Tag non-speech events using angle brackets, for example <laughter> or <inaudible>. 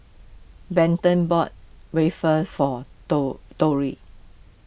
Benton bought Waffle for <unintelligible>